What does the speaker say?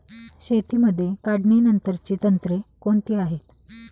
शेतीमध्ये काढणीनंतरची तंत्रे कोणती आहेत?